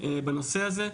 בנושא הזה.